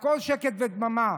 הכול שקט ודממה.